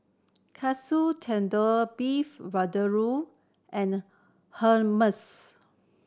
Katsu Tendon Beef Vindaloo and Hummus